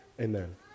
Amen